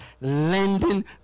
lending